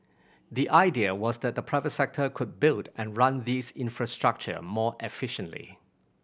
the idea was that the private sector could build and run these infrastructure more efficiently